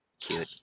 Cute